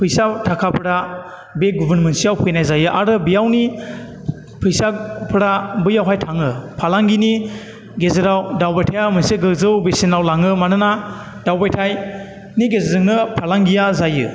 फैसा थाखाफ्रा बे गुबुन मोनसेयाव फैनाय जायो आरो बेयावनि फैसाफोरा बैयावहाय थाङो फालांगिनि गेजेराव दावबायथाइया मोनसे गोजौ बेसेनाव लाङो मानोना दावबायथाइनि गेजेरजोंनो फालांगिया जायो